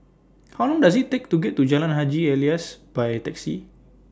How Long Does IT Take to get to Jalan Haji Alias By Taxi